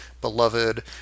beloved